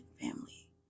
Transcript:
family